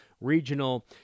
regional